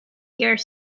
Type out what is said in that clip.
here